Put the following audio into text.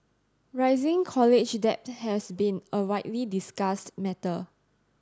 rising college debt has been a widely discussed matter